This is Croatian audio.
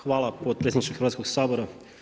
Hvala potpredsjedniče Hrvatskog sabora.